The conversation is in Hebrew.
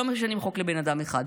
לא משנים לבן אדם אחד.